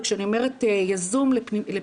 וכשאני אומרת הגעה באופן יזום לפנימייה,